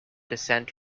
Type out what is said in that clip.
dissent